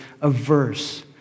averse